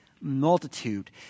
multitude